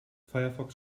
firefox